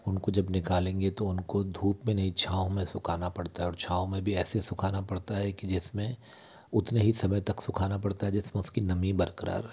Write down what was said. उनको जब निकालेंगे तो उनको धूप में नई छांव में सुकाना पड़ता है और छांव में भी ऐसे सुखाना पड़ता है जिस में उतने ही समय तक सुखाना पड़ता है जिस में उसकी नमी बरकरार रहे